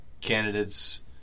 candidates